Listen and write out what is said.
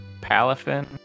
palafin